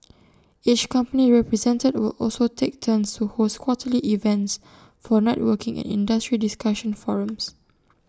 each company represented will also take turns to host quarterly events for networking and industry discussion forums